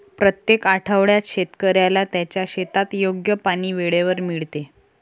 प्रत्येक आठवड्यात शेतकऱ्याला त्याच्या शेतात योग्य पाणी वेळेवर मिळते